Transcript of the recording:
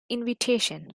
invitation